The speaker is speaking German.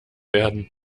werden